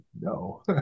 no